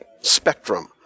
spectrum